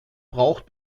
braucht